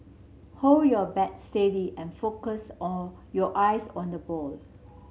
hold your bat steady and focus your eyes on the ball